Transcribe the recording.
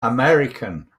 american